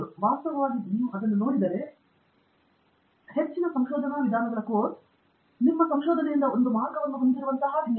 ವಾಸ್ತವವಾಗಿ ನೀವು ಅದನ್ನು ನೋಡಿದರೆ ಹೆಚ್ಚಿನ ಸಂಶೋಧನಾ ವಿಧಾನಗಳ ಕೋರ್ಸ್ ನಿಮ್ಮ ಸಂಶೋಧನೆಯಿಂದ ಒಂದು ಮಾರ್ಗವನ್ನು ಹೊಂದಿರುವಂತಹ ವಿನ್ಯಾಸ